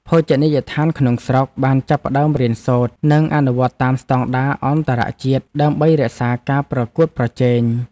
ភោជនីយដ្ឋានក្នុងស្រុកបានចាប់ផ្តើមរៀនសូត្រ និងអនុវត្តតាមស្តង់ដារអន្តរជាតិដើម្បីរក្សាការប្រកួតប្រជែង។